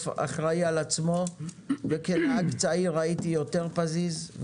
אחראי על עצמו וכנהג צעיר הייתי יותר פזיז,